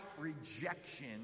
rejection